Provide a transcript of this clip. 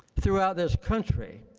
throughout this country